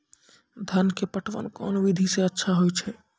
धान के पटवन कोन विधि सै अच्छा होय छै?